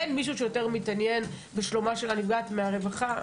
אין מישהו שיותר מתעניין בשלומה של הנפגעת מאשר הרווחה.